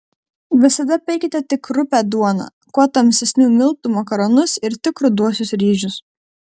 visada pirkite tik rupią duoną kuo tamsesnių miltų makaronus ir tik ruduosius ryžius